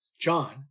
John